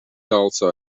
also